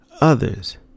others